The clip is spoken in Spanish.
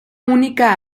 única